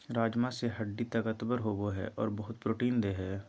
राजमा से हड्डी ताकतबर होबो हइ और बहुत प्रोटीन देय हई